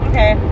Okay